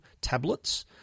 tablets